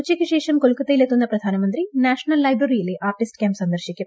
ഉച്ചയ്ക്കുശേഷം കൊൽക്ക്ത്ത്യിൽ എത്തുന്ന പ്രധാനമന്ത്രി നാഷണൽ ലൈബ്രറിയിലെ ആർട്ടിസ്റ്റ് ക്യാമ്പ് സന്ദർശിക്കും